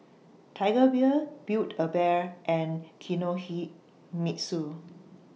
Tiger Beer Build A Bear and Kinohimitsu